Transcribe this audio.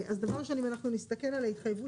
אז דבר ראשון אנחנו נסתכל על ההתחייבות